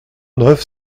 neuf